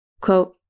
Quote